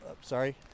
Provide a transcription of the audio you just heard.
sorry